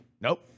Nope